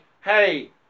hey